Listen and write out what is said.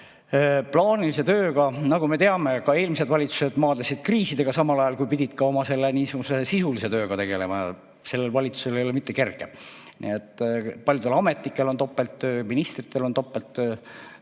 plaanilise tööga. Nagu me teame, ka eelmised valitsused maadlesid kriisidega, samal ajal kui pidid oma sisulise tööga tegelema. Sellel valitsusel ei ole mitte kerge. Paljudel ametnikel on topelttöö, ministritel on topelttöö.